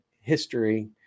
history